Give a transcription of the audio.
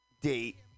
Date